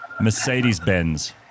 Mercedes-Benz